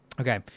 Okay